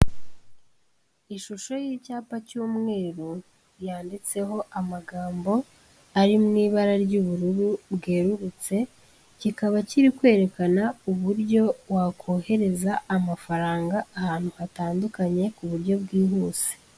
Ishusho y'icyapa cy'umweru, yanditseho amagambo ari mu ibara ry'ubururu bwerurutse, kikaba kiri kwerekana uburyo wakohereza amafaranga ahantu hatandukanye ku buryo bwihuse.